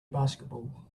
basketball